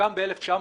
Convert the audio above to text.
שהוקם ב-1954,